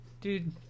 Dude